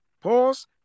pause